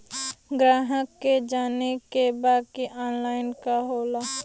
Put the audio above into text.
ग्राहक के जाने के बा की ऑनलाइन का होला?